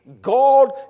God